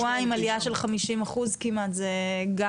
אבל בשבועיים עלייה של 50% כמעט זה גם,